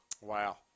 Wow